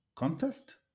Contest